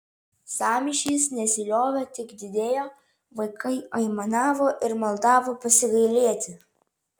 sąmyšis nesiliovė tik didėjo vaikai aimanavo ir maldavo pasigailėti